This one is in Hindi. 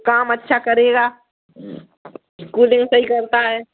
काम अच्छा करेगा वह दिल से ही करता है